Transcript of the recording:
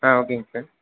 ஆ ஓகேங்க சார்